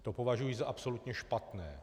To považuji za absolutně špatné.